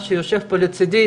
שיושב פה לצדי,